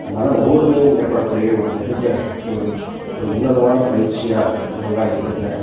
மன ஓர்மையும் ஏற்படக்கூடிய ஒரு மிகுந்த ஒரு ஒரு உன்னதமான பயிற்சியாக யோகா இருக்குதுங்க